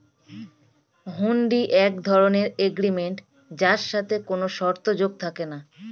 হুন্ডি এক ধরণের এগ্রিমেন্ট যার সাথে কোনো শর্ত যোগ থাকে না